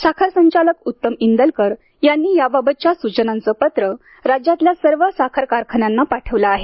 साखर संचालक प्रशासन उत्तम इंदलकर यांनी याबाबतच्या सूचनांचे पत्र राज्यातल्या सर्व साखर कारखान्यांना पाठवले आहे